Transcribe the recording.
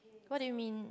what do you mean